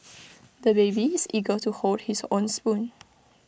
the baby is eager to hold his own spoon